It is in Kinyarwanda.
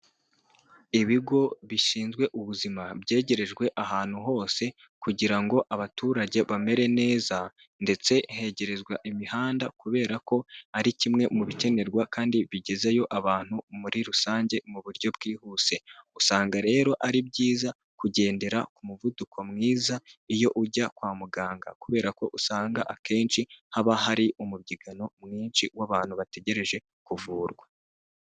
Ibigo bishinzwe ubuzima byegerejwe ahantu hose kugira ngo abaturage bamere neza ndetse hegerezwa imihanda kubera ko ari kimwe mu bikenerwa kandi bigezeyo abantu muri rusange mu buryo bwihuse, usanga rero ari byiza kugendera ku muvuduko mwiza iyo ujya kwa muganga kubera ko usanga akenshi haba hari umubyigano mwinshi w'abantu bategereje kuvurwa.